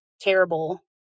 terrible